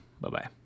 Bye-bye